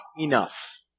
enough